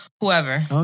whoever